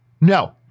No